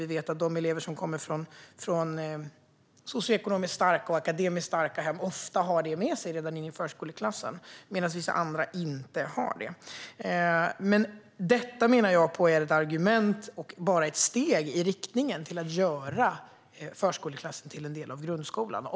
Vi vet att de elever som kommer från socioekonomiskt och akademiskt starka hem ofta har detta med sig redan in i förskoleklassen medan vissa andra inte har det. Detta är, menar jag, ett argument och bara ett steg mot att göra förskoleklassen till en del av grundskolan.